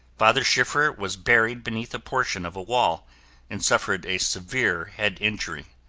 father schiffer was buried beneath a portion of a wall and suffered a severe head injury.